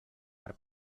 per